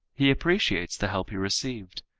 he appreciates the help he received,